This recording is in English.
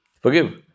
Forgive